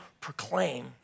proclaim